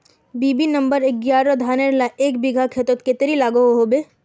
BB number एगारोह धानेर ला एक बिगहा खेतोत कतेरी लागोहो होबे?